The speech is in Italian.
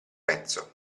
pezzo